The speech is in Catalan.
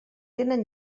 tenen